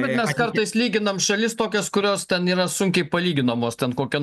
bet mes kartais lyginam šalis tokias kurios ten yra sunkiai palyginamos ten kokią